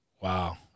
Wow